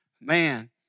Man